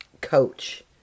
coach